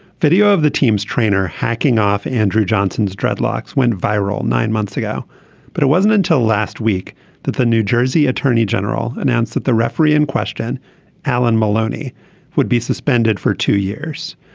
video of the team's trainer hacking off andrew johnson's dreadlocks went viral nine months ago but it wasn't until last week that the new jersey attorney general announced that the referee in question allan maloney would be suspended for two years.